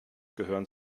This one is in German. gehören